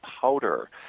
powder